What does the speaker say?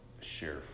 share